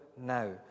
now